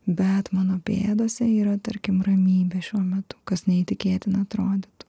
bet mano pėdose yra tarkim ramybė šiuo metu kas neįtikėtina atrodytų